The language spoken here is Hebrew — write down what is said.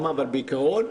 לגבי הגבלת פעילות